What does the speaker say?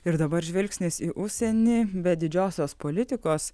ir dabar žvilgsnis į užsienį be didžiosios politikos